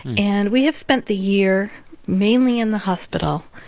and we have spent the year mainly in the hospital,